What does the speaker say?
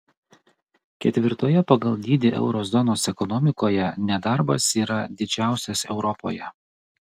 ketvirtoje pagal dydį euro zonos ekonomikoje nedarbas yra didžiausias europoje